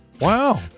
Wow